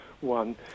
one